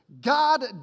God